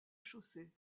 chaussée